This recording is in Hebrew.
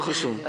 לא חשוב.